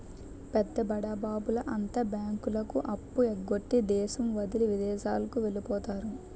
పెద్ద బడాబాబుల అంతా బ్యాంకులకు అప్పు ఎగ్గొట్టి దేశం వదిలి విదేశాలకు వెళ్లిపోతారు